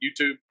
YouTube